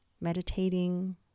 Meditating